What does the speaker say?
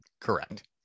correct